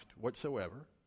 whatsoever